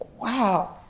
Wow